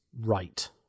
right